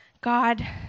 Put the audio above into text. God